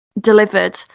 delivered